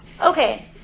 Okay